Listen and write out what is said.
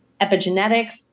epigenetics